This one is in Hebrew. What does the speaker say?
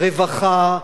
רווחה,